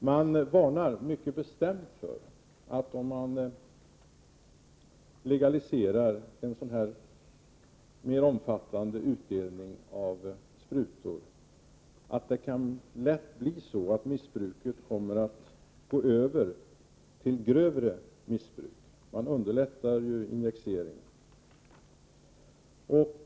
Man varnar mycket bestämt för att en legalisering av en mera omfattande utdelning av sprutor lätt kan leda till ett grövre missbruk. Man underlättar ju injiceringen.